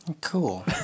Cool